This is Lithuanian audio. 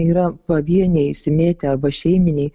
yra pavieniai išsimėtę arba šeiminiai